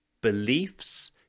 beliefs